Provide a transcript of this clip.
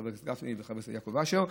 חבר הכנסת גפני וחבר הכנסת יעקב אשר,